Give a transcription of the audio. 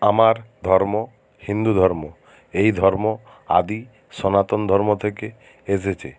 আমার ধর্ম হিন্দু ধর্ম এই ধর্ম আদি সনাতন ধর্ম থেকে এসেছে